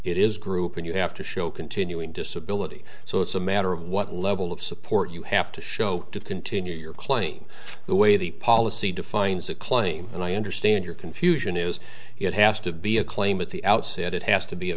is group and you have to show continuing disability so it's a matter of what level of support you have to show to continue your claim the way the policy defines a claim and i understand your confusion is it has to be a claim at the outset it has to be a